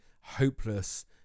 hopeless